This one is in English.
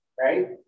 Right